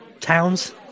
towns